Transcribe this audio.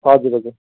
हजुर हजुर